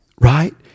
Right